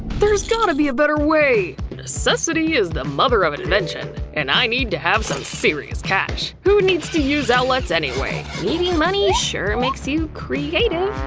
there's gotta be a better way. necessity is the mother of invention. and i need to have some serious cash. who needs to use outlets anyway? needing money sure makes you creative.